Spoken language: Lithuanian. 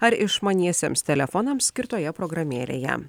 ar išmaniesiems telefonams skirtoje programėlėje